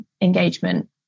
engagement